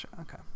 Okay